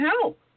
help